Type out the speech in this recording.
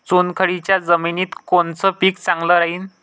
चुनखडीच्या जमिनीत कोनचं पीक चांगलं राहीन?